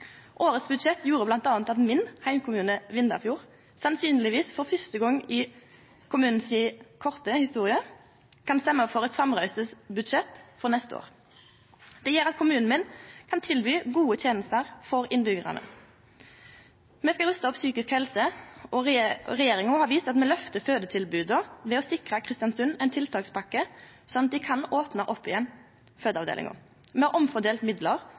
Årets budsjett gjorde bl.a. at heimkommunen min, Vindafjord, sannsynlegvis for fyrste gong i kommunen si korte historie kan stemme for eit samrøystes budsjett for neste år. Det gjer at kommunen min kan tilby gode tenester til innbyggjarane. Me skal ruste opp psykisk helsevern, og regjeringa har vist at me lyftar fødetilbodet, ved å sikre Kristiansund ein tiltakspakke, sånn at dei kan opne opp igjen fødeavdelinga. Me har omfordelt midlar